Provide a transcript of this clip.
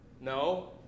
No